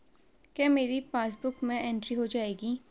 क्या मेरी पासबुक में एंट्री हो जाएगी?